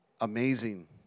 amazing